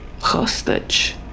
Hostage